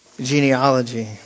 genealogy